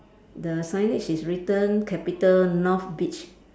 the signage is written capital north beach